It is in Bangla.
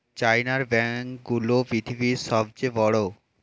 চায়নার ব্যাঙ্ক গুলো পৃথিবীতে সব চেয়ে বড়